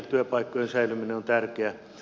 työpaikkojen säilyminen on tärkeää